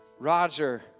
Roger